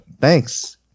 Thanks